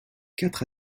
quatre